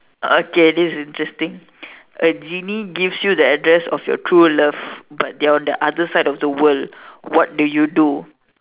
okay this is interesting a genie gives you the address of your true love but they are on the other side of the world what do you do